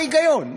מה ההיגיון,